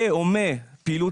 אלא בעצם בנוסף